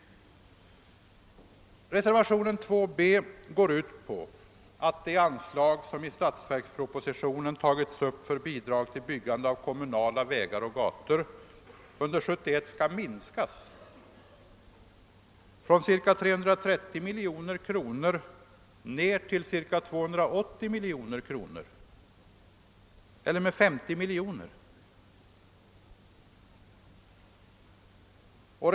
Reservationen 2 b går ut på att det anslag som i statsverkspropositionen tagits upp för bidrag till byggande av kommunala vägar och gator under nästa budgetår skall minskas från ca 330 miljoner kronor till ca 280 miljoner kronor eller med 50 miljoner kronor.